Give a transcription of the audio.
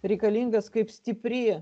reikalingas kaip stipri